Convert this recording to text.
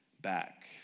back